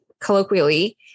colloquially